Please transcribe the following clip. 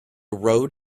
road